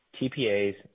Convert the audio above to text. TPAs